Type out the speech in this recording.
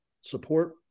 Support